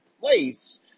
place